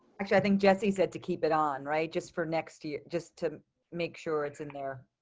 actually i think jesse said to keep it on right just for next year just to make sure it's in their